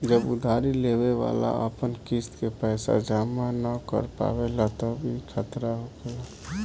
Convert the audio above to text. जब उधारी लेवे वाला अपन किस्त के पैसा जमा न कर पावेला तब ई खतरा होखेला